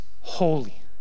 holy